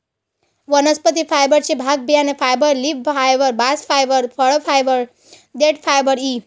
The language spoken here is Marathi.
वनस्पती फायबरचे भाग बियाणे fibre, leaf fibre, bast fibre, फळ फायबर, देठ फायबर इ